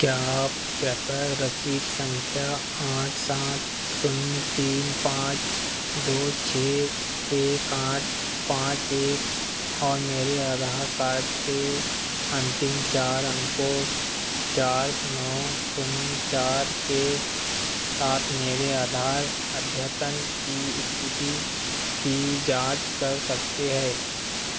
क्या आप कृपया रसीद संख्या आठ सात शून्य तीन पाँच दो छः एक आठ पाँच एक और मेरे आधार कार्ड के अंतिम चार अंकों चार नौ शून्य चार के साथ मेरे आधार अद्यतन की स्थिति की जांच कर सकते हैं